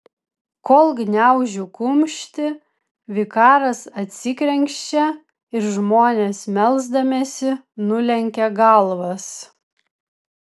kol gniaužiu kumštį vikaras atsikrenkščia ir žmonės melsdamiesi nulenkia galvas